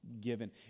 given